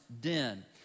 den